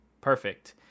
perfect